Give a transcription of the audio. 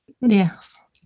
Yes